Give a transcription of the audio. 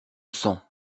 sang